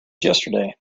yesterday